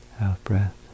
out-breath